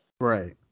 Right